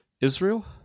Israel